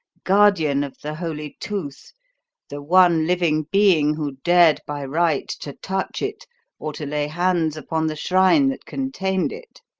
guardian of the holy tooth the one living being who dared by right to touch it or to lay hands upon the shrine that contained it.